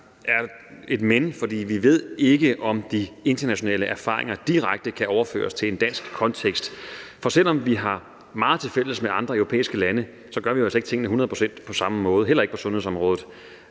jo et men, for vi ved ikke, om de internationale erfaringer direkte kan overføres til en dansk kontekst. For selv om vi har meget tilfælles med andre europæiske lande, gør vi altså ikke tingene hundrede procent på samme måde, heller ikke på sundhedsområdet.